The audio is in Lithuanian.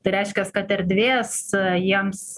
tai reiškias kad erdvės jiems